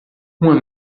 uma